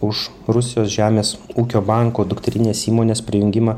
už rusijos žemės ūkio banko dukterinės įmonės prijungimą